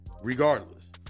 regardless